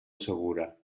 segura